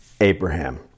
Abraham